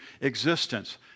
existence